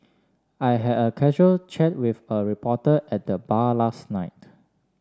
I had a casual chat with a reporter at the bar last night